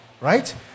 right